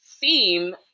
theme